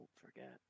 forget